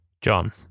John